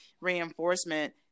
reinforcement